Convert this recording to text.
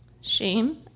shame